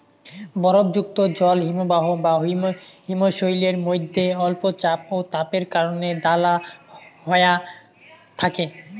বরফযুক্ত জল হিমবাহ বা হিমশৈলের মইধ্যে অল্প চাপ ও তাপের কারণে দালা হয়া থাকে